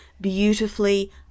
beautifully